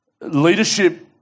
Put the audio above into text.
Leadership